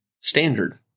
standard